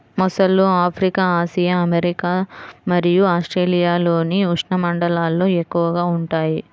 మొసళ్ళు Africa, Asia, America మరియు ఆస్ట్రేలియాలోని ఉష్ణమండలాల్లో ఎక్కువగా ఉంటాయి